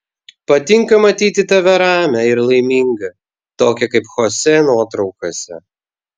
patinka matyti tave ramią ir laimingą tokią kaip chosė nuotraukose